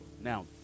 now